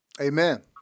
Amen